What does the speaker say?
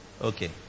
Okay